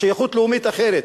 שייכות לאומית אחרת,